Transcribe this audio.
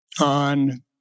on